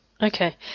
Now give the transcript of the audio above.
Okay